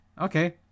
Okay